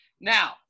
Now